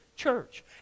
church